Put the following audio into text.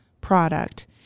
product